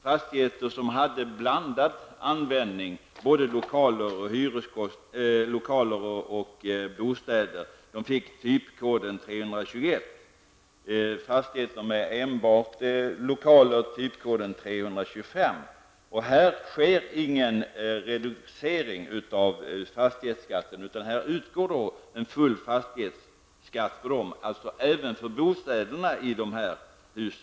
Fastigheter byggda för blandad användning, som har både lokaler och bostäder, fick typkoden 321. Fastigheter med enbart lokaler typkoden 325. Här sker ingen reducering av fastighetsskatten, utan full fastighetsskatt utgår även för bostäderna i dessa hus.